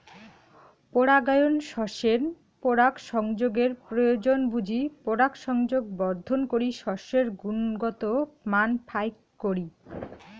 পরাগায়ন শস্যের পরাগসংযোগের প্রয়োজন বুঝি পরাগসংযোগ বর্ধন করি শস্যের গুণগত মান ফাইক করি